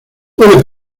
puede